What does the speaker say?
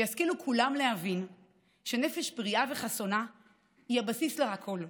שישכילו כולם להבין שנפש בריאה וחסונה היא הבסיס לכול,